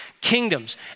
kingdoms